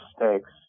mistakes